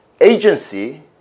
agency